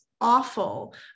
awful